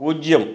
പൂജ്യം